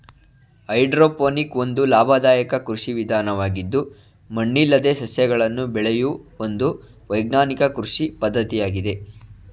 hydroponic ಒಂದು ಲಾಭದಾಯಕ ಕೃಷಿ ವಿಧಾನವಾಗಿದ್ದು ಮಣ್ಣಿಲ್ಲದೆ ಸಸ್ಯಗಳನ್ನು ಬೆಳೆಯೂ ಒಂದು ವೈಜ್ಞಾನಿಕ ಕೃಷಿ ಪದ್ಧತಿಯಾಗಿದೆ